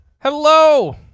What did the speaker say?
Hello